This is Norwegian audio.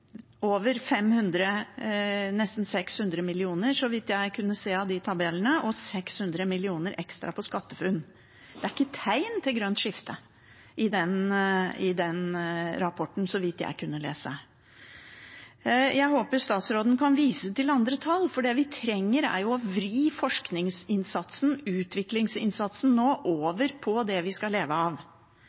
nesten 600 mill. kr, så vidt jeg kunne se av tabellene, og 600 mill. kr ekstra på SkatteFUNN-ordningen. Det er ikke noe tegn til et grønt skifte i den rapporten, så vidt jeg kunne se. Jeg håper statsråden kan vise til andre tall, for det vi trenger, er å vri forskningsinnsatsen og utviklingsinnsatsen over til det vi skal leve av.